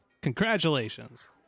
Congratulations